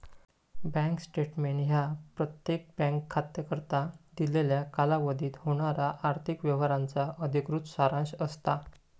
bank statement ह्या प्रत्येक bank खात्याकरता दिलेल्या कालावधीत होणारा आर्थिक व्यवहारांचा अधिकृत सारांश असता